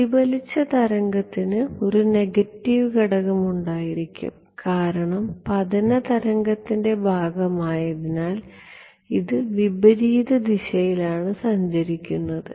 പ്രതിഫലിച്ച തരംഗത്തിന് ഒരു നെഗറ്റീവ് ഘടകം ഉണ്ടായിരിക്കും കാരണം പതന തരംഗത്തിൻറെ ഭാഗമായതിനാൽ ഇത് വിപരീത ദിശയിലാണ് സഞ്ചരിക്കുന്നത്